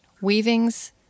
Weavings